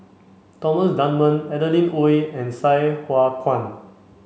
Thomas Dunman Adeline Ooi and Sai Hua Kuan